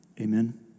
Amen